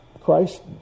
Christ